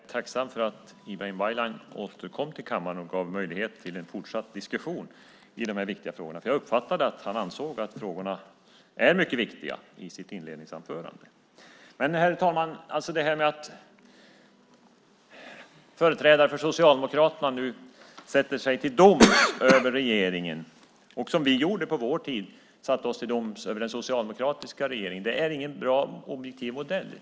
Herr talman! Jag är tacksam för att Ibrahim Baylan återkom till kammaren och gav möjlighet till en fortsatt diskussion i de här viktiga frågorna, för jag uppfattade att han i sitt inledningsanförande ansåg att frågorna är mycket viktiga. Men, herr talman, det här med att företrädare för Socialdemokraterna nu sätter sig till doms över regeringen, precis som vi på vår tid satte oss till doms över den socialdemokratiska regeringen, är ingen bra och objektiv modell.